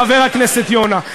חבר הכנסת יונה.